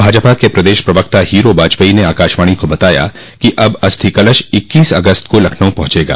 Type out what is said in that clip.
भाजपा के प्रदेश प्रवक्ता हीरो बाजपेयी ने आकाशवाणी को बताया कि अब अस्थि कलश इक्कीस अगस्त को लखनऊ पहुंचेगा